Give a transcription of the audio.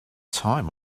time